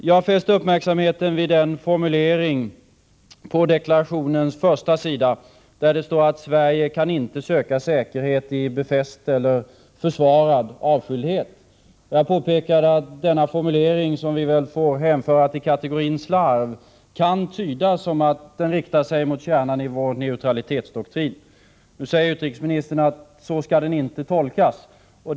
Jag fäste uppmärksamheten på den formulering på deklarationens första sida där det står att vi inte kan ”söka säkerhet i befäst avskildhet”. Jag påpekade att denna formulering — som vi väl får hänföra till kategorin slarviga sådana — kan tydas som att den riktar sig mot kärnan i vår neutralitetsdoktrin. Nu säger utrikesministern att den inte skall tolkas så.